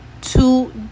two